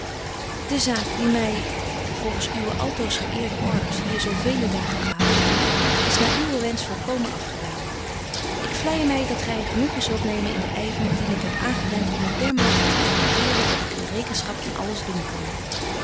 de zaak die my volgens uwe altoos geëerde orders hier zo vele dagen gehouden heeft is naar uwen wensch volkomen afgedaan ik vleije my dat gy genoegen zult nemen in den yver dien ik heb aangewent om het dermate te dirigeren dat ik u rekenschap van alles doen kan